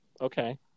Okay